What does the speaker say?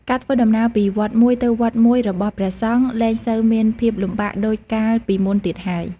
ការធ្វើដំណើរពីវត្តមួយទៅវត្តមួយរបស់ព្រះសង្ឃលែងសូវមានភាពលំបាកដូចកាលពីមុនទៀតហើយ។